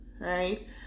Right